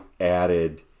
added